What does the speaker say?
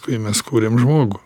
kai mes kūrėm žmogų